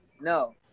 No